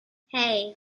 hey